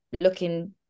looking